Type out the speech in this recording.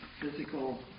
physical